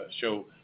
show